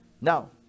now